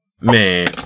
Man